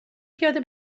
پیاده